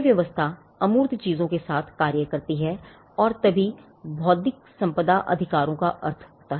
यह व्यवस्था अमूर्त चीजों के साथ कार्य करती है और तभी बौद्धिक संपदा अधिकारों का अर्थ होता है